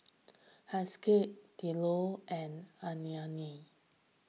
Haskell Diallo and Annetta